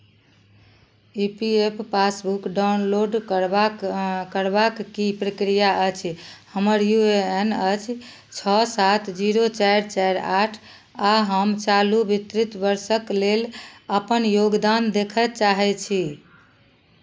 ई P F passbook download करबाक करबाक की प्रक्रिया अछि हमर यू ए एन अछि छओ सात जीरो चारि चारि आठ आ हम चालू वित्तीय वर्षक लेल अपन योगदान देखय चाहैत छी